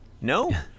No